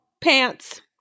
Pants